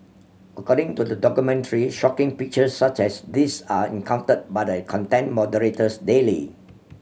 according to the documentary shocking pictures such as these are encountered by the content moderators daily